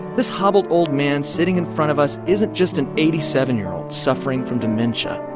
this hobbled, old man sitting in front of us isn't just an eighty seven year old suffering from dementia.